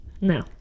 No